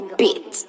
beat